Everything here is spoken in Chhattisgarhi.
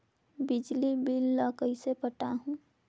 बिजली बिल ल कइसे पटाहूं?